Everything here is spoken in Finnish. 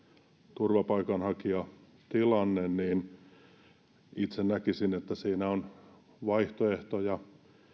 turvapaikanhakijatilanne niin itse näkisin että siinä on vaihtoehtoja